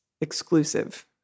exclusive